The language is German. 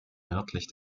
nördlich